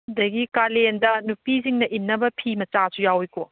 ꯑꯗꯒꯤ ꯀꯥꯂꯦꯟꯗ ꯅꯨꯄꯤꯁꯤꯡꯅ ꯏꯟꯅꯕ ꯐꯤ ꯃꯆꯥꯁꯨ ꯌꯥꯎꯋꯤꯀꯣ